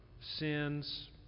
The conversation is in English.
sins